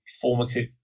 formative